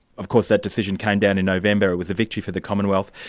of course that decision came down in november, it was a victory for the commonwealth.